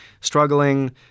struggling